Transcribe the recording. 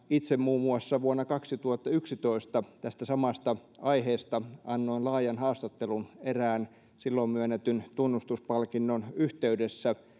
itse muun muassa vuonna kaksituhattayksitoista tästä samasta aiheesta annoin laajan haastattelun erään silloin myönnetyn tunnustuspalkinnon yhteydessä